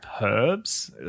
herbs